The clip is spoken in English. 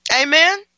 Amen